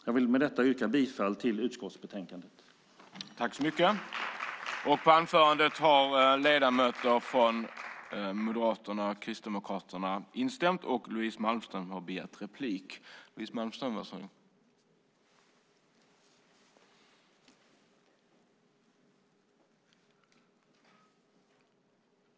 Jag vill med detta yrka bifall till utskottets förslag till beslut i betänkandet.